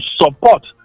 support